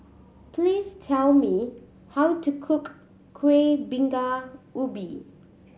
please tell me how to cook Kueh Bingka Ubi